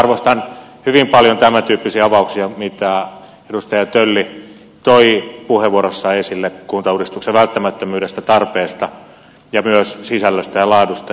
arvostan hyvin paljon tämäntyyppisiä avauksia kuin mitä edustaja tölli toi puheenvuorossaan esille kuntauudistuksen välttämättömyydestä tarpeesta ja myös sisällöstä ja laadusta